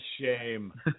shame